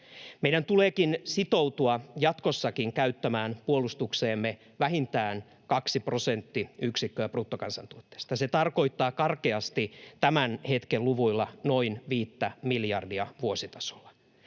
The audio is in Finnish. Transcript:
Meidän tuleekin sitoutua jatkossakin käyttämään puolustukseemme vähintään kaksi prosenttiyksikköä bruttokansantuotteesta. Se tarkoittaa karkeasti tämän hetken luvuilla noin viittä miljardia vuositasolla.